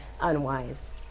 unwise